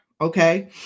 Okay